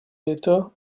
d’état